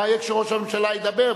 מה יהיה כשראש הממשלה ידבר,